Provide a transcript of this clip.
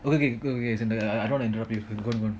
okay you go ahead I I I don't wanna interrupt you